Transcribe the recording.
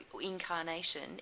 incarnation